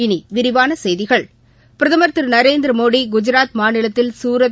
இனி விரிவான செய்திகள் பிரதமர் திரு நரேந்திரமோடி குஜராத் மாநிலத்தில் சூரத்